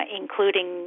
including